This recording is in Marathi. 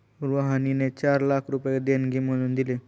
रुहानीने चार लाख रुपये देणगी म्हणून दिले